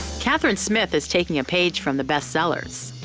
kathryn smith is taking a page from the bestsellers.